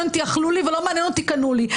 אותי אכלו לי ולא מעניין אותי קנו לי.